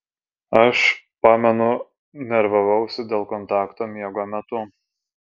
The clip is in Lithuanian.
aš pamenu nervavausi dėl kontakto miego metu